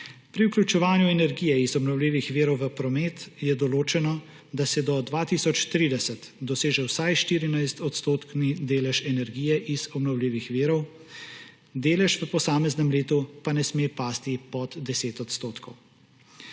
vključevanju energije iz obnovljivih virov v promet je določeno, da se do 2030 doseže vsaj 14-odstotni delež iz obnovljivih virov, delež v posameznem letu pa ne sme pasti pod 10 %.